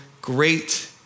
great